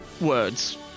words